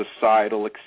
societal